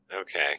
Okay